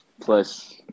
plus